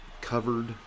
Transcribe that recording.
covered